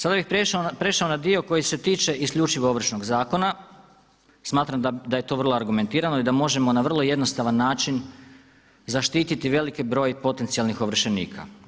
Sada bih prešao na dio koji se tiče isključivo Ovršnog zakona, smatram da je to vrlo argumentirani i da možemo na vrlo jednostavan način zaštiti veliki broj potencijalnih ovršenika.